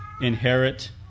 inherit